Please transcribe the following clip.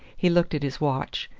he looked at his watch.